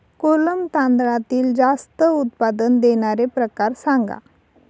कोलम तांदळातील जास्त उत्पादन देणारे प्रकार सांगा